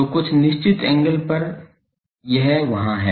तो कुछ निश्चित एंगल पर यह वहाँ है